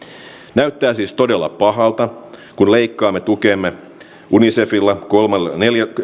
näyttää siis todella pahalta kun leikkaamme tukeamme unicefille kolmella